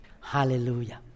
Hallelujah